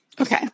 Okay